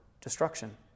destruction